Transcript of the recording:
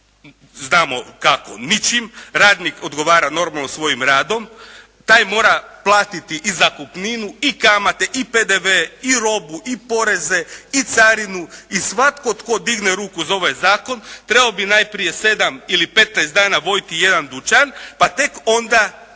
znamo kako, ničim, radnik odgovara normalno svojim radom, taj mora platiti i zakupninu i kamate i PDV i robu i poreze i carinu i svatko tko digne ruku za ovaj zakon trebao bi najprije sedam ili petnaest dana voditi jedan dućan, pa tek onda